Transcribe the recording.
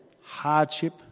hardship